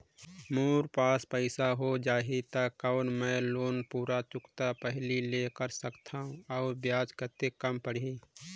मोर पास पईसा हो जाही त कौन मैं लोन पूरा चुकता पहली ले कर सकथव अउ ब्याज कतेक कम पड़ही?